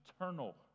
eternal